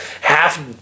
half